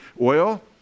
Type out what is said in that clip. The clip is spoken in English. Oil